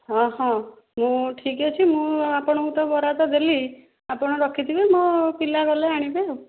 ହଁ ହଁ ମୁଁ ଠିକ୍ ଅଛି ମୁଁ ଆପଣଙ୍କୁ ତ ବରାଦ ଦେଲି ଆପଣ ରଖିଥିବେ ମୋ ପିଲା ଗଲେ ଆଣିବେ ଆଉ